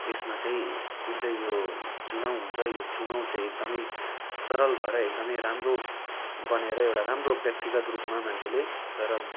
यसमा चाहिँ जुन चाहिँ यो चुनाउ हुन्छ र यो चुनाउ चाहिँ एकदमै सरल भएर एकदमै राम्रो बनेर एउटा राम्रो व्यक्तिगत रूपमा मान्छेले गएर